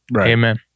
Amen